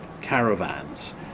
caravans